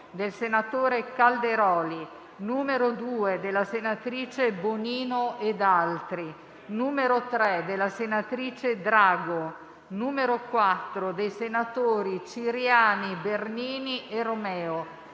dal senatore Calderoli, n. 2, dalla senatrice Bonino e da altri senatori, n. 3, dalla senatrice Drago, n. 4 dai senatori Ciriani, Bernini e Romeo,